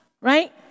right